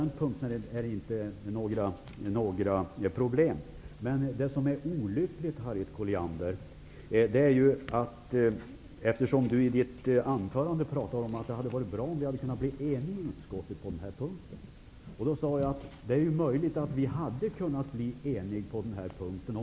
Harriet Colliander sade i sitt anförande att det hade varit bra om vi i utskottet hade kunnat bli eniga på den här punkten.